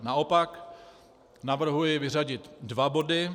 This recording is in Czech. Naopak navrhuji vyřadit dva body.